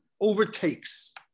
overtakes